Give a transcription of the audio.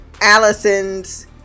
allison's